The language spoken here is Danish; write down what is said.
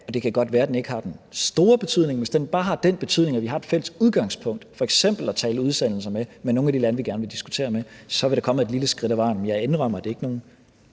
Det kan godt være, at den ikke har den store betydning, men hvis den bare har den betydning, at vi har et fælles udgangspunkt for f.eks. at tale om udsendelser med nogle af de lande, vi gerne vil diskutere med, så er vi da kommet et lille skridt ad vejen. Men jeg indrømmer, at det ikke